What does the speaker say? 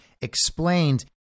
explained